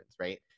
right